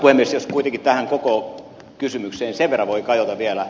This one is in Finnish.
jos kuitenkin tähän koko kysymykseen sen verran voi kajota vielä